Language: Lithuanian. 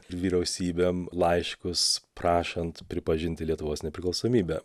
vyriausybėm laiškus prašant pripažinti lietuvos nepriklausomybę